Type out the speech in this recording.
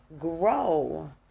grow